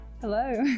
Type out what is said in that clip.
Hello